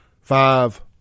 Five